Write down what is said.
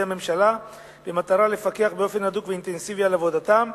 הממשלה במטרה לפקח באופן הדוק ואינטנסיבי על עבודתם.